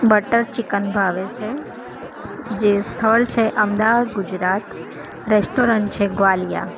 butter chicken ભાવે છે જે સ્થળ છે ગુજરાત રેસ્ટોરન્ટ છે ગ્વાલીઆ